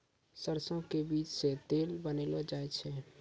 सरसों के बीज सॅ तेल बनैलो जाय छै